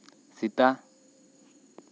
ᱥᱮᱛᱟ